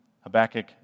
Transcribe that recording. Habakkuk